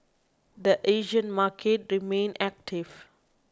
the Asian market remained active